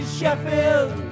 Sheffield